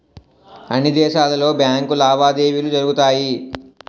అన్ని దేశాలలో బ్యాంకు లావాదేవీలు జరుగుతాయి